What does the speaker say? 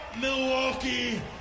Milwaukee